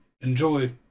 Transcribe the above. enjoy